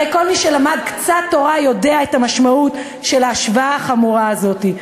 הרי כל מי שלמד קצת תורה יודע את המשמעות של ההשוואה החמורה הזאת.